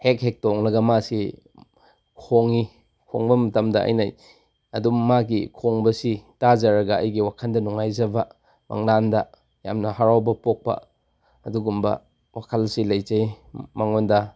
ꯍꯦꯛ ꯍꯦꯛ ꯇꯣꯡꯂꯒ ꯃꯥꯁꯤ ꯈꯣꯡꯉꯤ ꯈꯣꯡꯕ ꯃꯇꯝꯗ ꯑꯩꯅ ꯑꯗꯨꯝ ꯃꯥꯒꯤ ꯈꯣꯡꯕꯁꯤ ꯇꯥꯖꯔꯒ ꯑꯩꯒꯤ ꯋꯥꯈꯟꯗ ꯅꯨꯡꯉꯥꯏꯖꯕ ꯃꯪꯂꯥꯟꯗ ꯌꯥꯝꯅ ꯍꯔꯥꯎꯕ ꯄꯣꯛꯄ ꯑꯗꯨꯒꯨꯝꯕ ꯋꯥꯈꯜꯁꯤ ꯂꯩꯖꯩ ꯃꯉꯣꯟꯗ